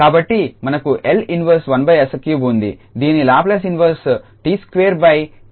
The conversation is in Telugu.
కాబట్టి మనకు 𝐿 ఇన్వర్స్ 1𝑠3 ఉంది దీని లాప్లేస్ ఇన్వర్స్ 𝑡22